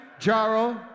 Jaro